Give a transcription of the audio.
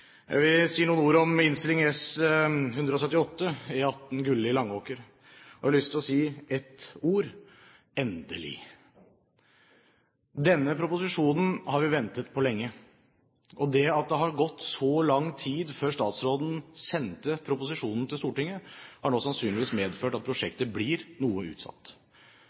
Jeg vil si noen ord om Innst. 178 S, E18 Gulli–Langåker. Jeg har lyst til å si ett ord: endelig. Denne proposisjonen har vi ventet på lenge. Og det at det har gått så lang tid før statsråden sendte proposisjonen til Stortinget, har nå sannsynligvis medført at prosjektet blir noe utsatt.